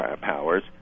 powers